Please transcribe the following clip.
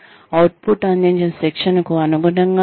output అందించిన శిక్షణకు అనుగుణంగా ఉందా